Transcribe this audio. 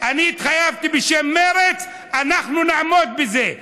אני התחייבתי בשם מרצ, ואנחנו נעמוד בזה,